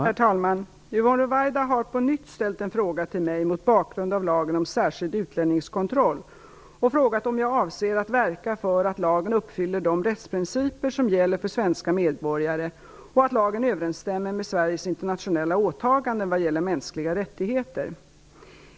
Herr talman! Yvonne Ruwaida har på nytt ställt en fråga till mig mot bakgrund av lagen om särskild utlänningskontroll och frågat om jag avser att verka för att lagen uppfyller de rättsprinciper som gäller för svenska medborgare och för att lagen överensstämmer med Sveriges internationella åtaganden vad gäller mänskliga rättigheter.